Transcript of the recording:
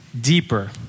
deeper